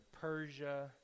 Persia